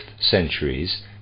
centuries